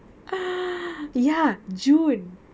ஒரு வருஷத்துக்கு மலே ஆகுது:oru varushatukku melae aaguthu